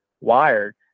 wired